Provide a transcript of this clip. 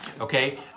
okay